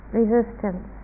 resistance